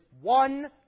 one